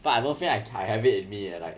but I don't feel like I have it in me eh like